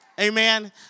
Amen